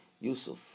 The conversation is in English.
Yusuf